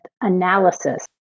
analysis